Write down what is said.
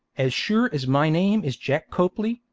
as sure as my name is jack copley,